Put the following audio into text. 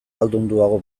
ahaldunduago